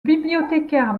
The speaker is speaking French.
bibliothécaire